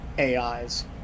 AIs